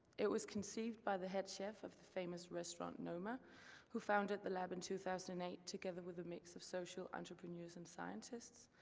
it was conceived by the head chef of the famous restaurant noma who founded the lab in two thousand and eight, together with a mix of social entrepreneurs and scientists,